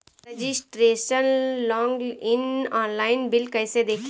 Registration login online bill कैसे देखें?